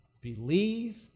Believe